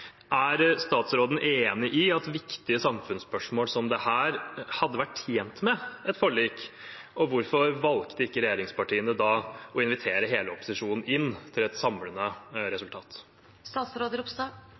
Er statsråden enig i at viktige samfunnsspørsmål som dette hadde vært tjent med et forlik? Hvorfor valgte ikke regjeringspartiene å invitere hele opposisjonen inn for et samlende